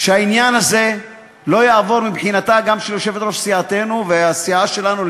שהעניין הזה לא יעבור גם מבחינתה של יושבת-ראש סיעתנו והסיעה שלנו.